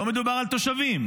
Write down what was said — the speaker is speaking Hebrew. לא מדובר על תושבים,